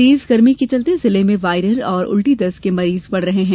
तेज गर्मी के चलते जिले में वायरल और उल्टी दस्त के मरीज बढ़ रहे हैं